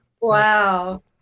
Wow